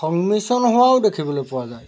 সংমিশ্ৰণ হোৱাও দেখিবলৈ পোৱা যায়